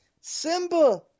Simba